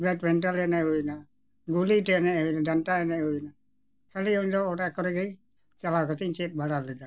bed ᱯᱮᱱᱴᱚᱱ ᱮᱱᱮᱡ ᱦᱩᱭᱮᱱᱟ ᱜᱩᱞᱤᱴᱮ ᱮᱱᱮᱡ ᱦᱩᱭᱮᱱᱟ ᱰᱟᱱᱴᱟ ᱮᱱᱮᱡ ᱦᱩᱭᱮᱱᱟ ᱠᱷᱟᱞᱤ ᱤᱧᱫᱚ ᱚᱲᱟᱜ ᱠᱚᱨᱮ ᱜᱮ ᱪᱟᱞᱟᱣ ᱠᱟᱛᱮᱧ ᱪᱮᱫ ᱵᱟᱲᱟ ᱞᱮᱫᱟ